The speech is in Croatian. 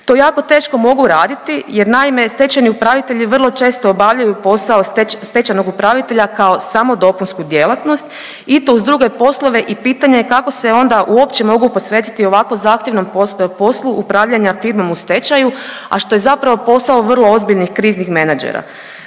to jako teško mogu raditi jer naime, stečajni upravitelji vrlo često obavljaju posao stečajnog upravitelja kao samo dopunsku djelatnost i to uz druge poslove i pitanje je kako se onda uopće mogu posvetiti ovako zahtjevnom poslu upravljanja firmom u stečaju, a što je zapravo vrlo ozbiljnih kriznih menadžera.